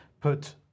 put